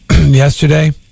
Yesterday